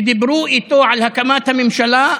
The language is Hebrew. כשדיברו איתו על הקמת הממשלה,